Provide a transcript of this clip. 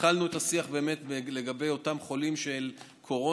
התחלנו את השיח לגבי אותם חולים של קורונה,